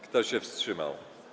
Kto się wstrzymał?